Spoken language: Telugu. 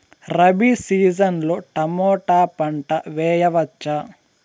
రబి సీజన్ లో టమోటా పంట వేయవచ్చా?